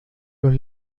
los